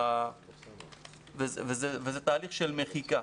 זה תהליך של מחיקה.